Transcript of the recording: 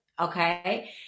Okay